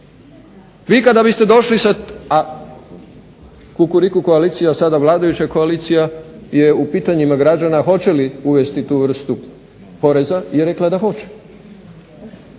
kada biste došli a Kukuriku koalicija, sada vladajuća koalicija je u pitanjima građana hoće li uvesti tu vrstu poreza je rekla da hoće,